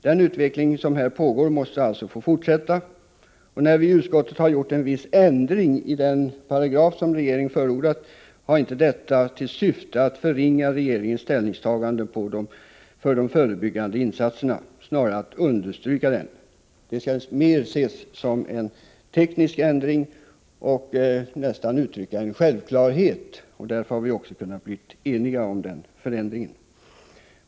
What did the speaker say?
Den utveckling som här pågår måste få fortsätta. Att vii utskottet gjort en viss ändring i den av regeringen förordade texten till den paragraf det här gäller har inte syftat till att förringa värdet av regeringens arbete när det gäller de förebyggande insatserna — snarare har vi velat understryka detta. Ändringen skall mera ses som en teknisk sådan — det är nästan en självklarhet som uttrycks. Därför har vi också kunnat bli eniga om ändringen.